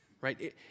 right